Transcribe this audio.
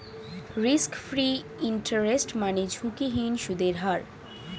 risk free interest মানে ঝুঁকিহীন সুদের হার